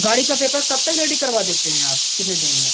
गाड़ी के पेपर कब तक रेडी करवा देते हैं आप कितने दिन में